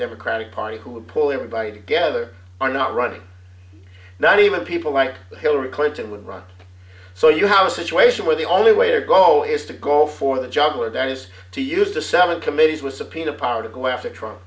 democratic party who would pull everybody together are not running now even people like hillary clinton would run so you have a situation where the only way or go is to go for the job where there is to use the seven committees with subpoena power to go after trump